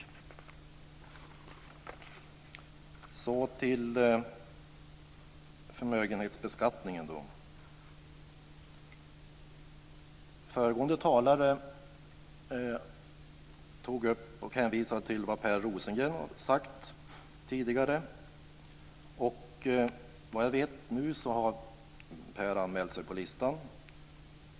Vad gäller förmögenhetsbeskattningen hänvisade föregående talare till vad Per Rosengren tidigare har sagt i en interpellationsdebatt.